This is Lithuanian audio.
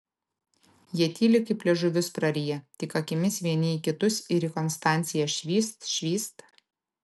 jie tyli kaip liežuvius prariję tik akimis vieni į kitus ir į konstanciją švyst švyst